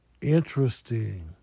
Interesting